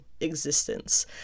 existence